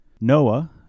Noah